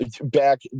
Back